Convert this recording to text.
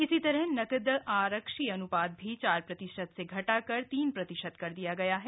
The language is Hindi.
इसी तरह नकद आरक्षी अनुपात भी चार प्रतिशत से घटा कर तीन प्रतिशत कर दिया गया है